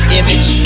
image